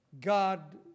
God